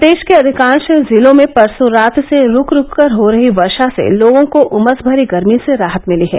प्रदेश के अधिकांश जिलों में परसों रात से रूक रूक कर हो रही व र्मा से लोगों को उमस भरी गर्मी से राहत मिली है